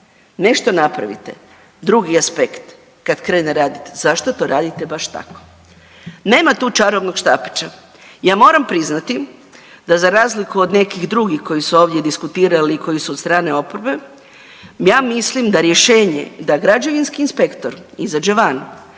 nešto napravite. Drugi aspekt, kad krene radit, zašto to radite baš tako. Nema tu čarobnog štapića. Ja moram priznati da za razliku od nekih drugih koji su ovdje diskutirali i koji su od strane oporbe ja mislim da je rješenje da građevinski inspektor izađe van,